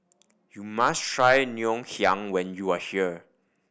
you must try Ngoh Hiang when you are here